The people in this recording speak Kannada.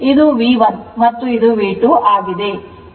ಇದು V1 ಮತ್ತು ಇದು V2 ಆಗಿದೆ